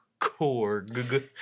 Korg